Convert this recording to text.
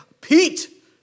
Pete